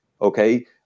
okay